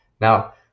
Now